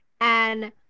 and-